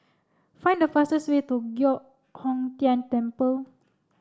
find the fastest way to Giok Hong Tian Temple